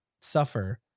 suffer